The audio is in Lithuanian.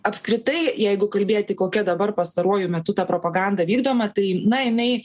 apskritai jeigu kalbėti kokia dabar pastaruoju metu ta propaganda vykdoma tai na jinai